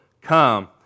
come